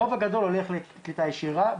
הרוב הגדול הולך לקליטה ישירה.